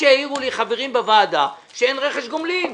שהעירו לי חברים בוועדה שאין רכש גומלין.